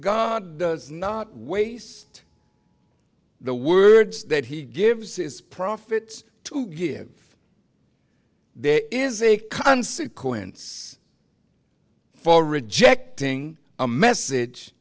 god does not waste the words that he gives is profit to give there is a consequence for rejecting a message